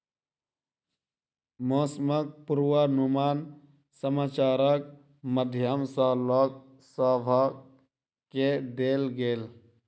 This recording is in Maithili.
मौसमक पूर्वानुमान समाचारक माध्यम सॅ लोक सभ केँ देल गेल